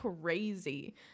crazy